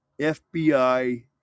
fbi